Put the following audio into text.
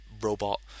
robot